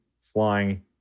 flying